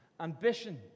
ambition